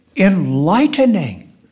enlightening